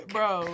Bro